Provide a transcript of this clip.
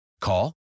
Call